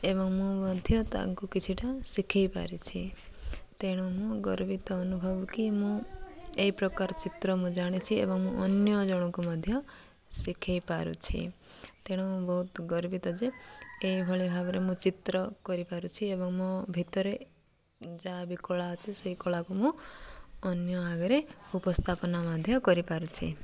ଏବଂ ମୁଁ ମଧ୍ୟ ତାଙ୍କୁ କିଛିଟା ଶିଖେଇ ପାରିଛି ତେଣୁ ମୁଁ ଗର୍ବିତ ଅନୁଭବ କି ମୁଁ ଏଇ ପ୍ରକାର ଚିତ୍ର ମୁଁ ଜାଣିଛି ଏବଂ ମୁଁ ଅନ୍ୟ ଜଣଙ୍କୁ ମଧ୍ୟ ଶିଖେଇ ପାରୁଛି ତେଣୁ ମୁଁ ବହୁତ ଗର୍ବିତ ଯେ ଏଇଭଳି ଭାବରେ ମୁଁ ଚିତ୍ର କରିପାରୁଛି ଏବଂ ମୋ ଭିତରେ ଯାହା ବି କଳା ଅଛି ସେଇ କଳାକୁ ମୁଁ ଅନ୍ୟ ଆଗରେ ଉପସ୍ଥାପନା ମଧ୍ୟ କରିପାରୁଛି